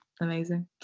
amazing